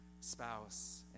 spouse